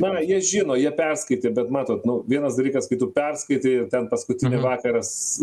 na jie žino jie perskaitė bet matot nu vienas dalykas kai tu perskaitei ir ten paskutinį vakaras